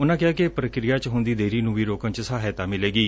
ਉਨੂਾ ਕਿਹਾ ਕਿ ਪ੍ਕਿਰਿਆ ਚ ਹੁੰਦੀ ਦੇਗੀ ਨੁੰ ਵੀ ਰੋਕਣ ਚ ਸਹਾਇਤਾ ਮਿਲੇਗੀ